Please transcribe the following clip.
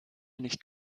nicht